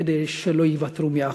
כדי שלא ייוותרו מאחור.